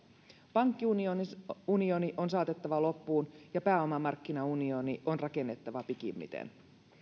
pankkiunioni on saatettava loppuun ja pääomamarkkinaunioni on rakennettava pikimmiten